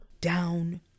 down